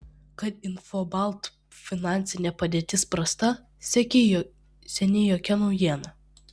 kad infobalt finansinė padėtis prasta seniai jokia naujiena